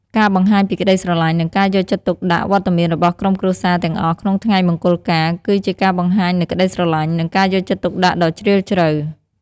ការបង្ហាញពីក្ដីស្រឡាញ់ និងការយកចិត្តទុកដាក់ វត្តមានរបស់ក្រុមគ្រួសារទាំងអស់ក្នុងថ្ងៃមង្គលការ គឺជាការបង្ហាញនូវក្ដីស្រឡាញ់ និងការយកចិត្តទុកដាក់ដ៏ជ្រាលជ្រៅ។